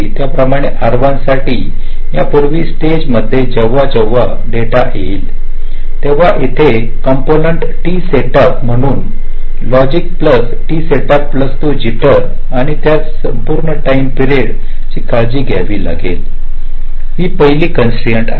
त्याचप्रमाणे R1 साठी यापूर्वी या स्टेज मध्ये जेव्हा जेव्हा डेटा येईल तेव्हा येथे किंपोनेंत टी सेटअप असेल म्हणून logic plus T setup plus तो जिटर आणि त्या संपूर्ण टाईम पिरियड टी ची काळजी घ्यावे लागेल ही पहली कॉन्स्ट्राईन्ट आहे